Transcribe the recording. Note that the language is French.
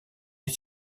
est